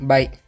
Bye